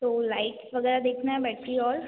तो लाइट्स वग़ैरह देखना है बैटरी और